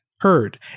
heard